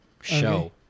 Show